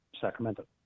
Sacramento